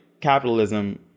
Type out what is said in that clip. capitalism